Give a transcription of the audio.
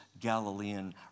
Galilean